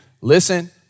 Listen